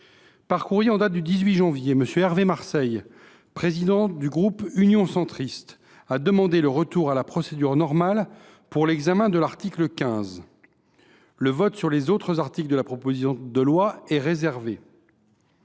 Par courrier en date du 18 janvier, M. Hervé Marseille, président du groupe Union Centriste, a demandé le retour à la procédure normale pour l’examen de l’article 15. Le vote sur les autres articles de la proposition de loi est donc réservé.